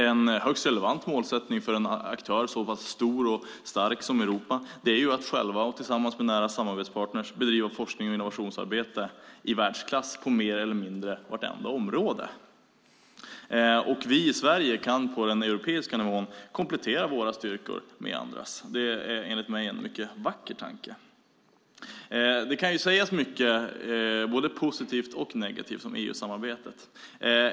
En högst relevant målsättning för en aktör så pass stor och stark som EU är att själv och tillsammans med nära samarbetspartner bedriva forskning och innovationsarbete i världsklass på mer eller mindre vartenda område. Vi i Sverige kan på den europeiska nivån komplettera våra styrkor med andras. Det är enligt mig en mycket vacker tanke. Det kan sägas mycket, både positivt och negativt, om EU-samarbetet.